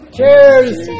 Cheers